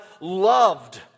loved